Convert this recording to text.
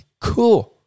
cool